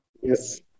Yes